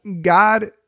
God